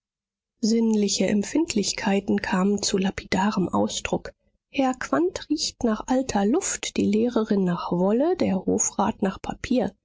sinnliche empfindlichkeiten kamen zu lapidarem ausdruck herr quandt riecht nach alter luft die lehrerin nach wolle der hofrat nach papier